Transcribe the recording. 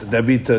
David